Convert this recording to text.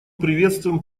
приветствуем